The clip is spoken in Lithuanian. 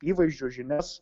įvaizdžio žinias